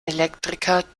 elektriker